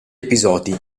episodi